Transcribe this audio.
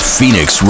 Phoenix